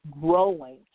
growing